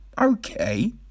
Okay